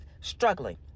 struggling